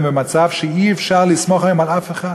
במצב שאי-אפשר היום לסמוך על אף אחד.